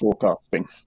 forecasting